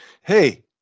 Hey